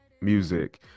music